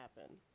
happen